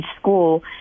school